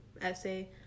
essay